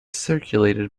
circulated